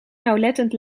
nauwlettend